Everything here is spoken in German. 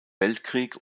weltkrieg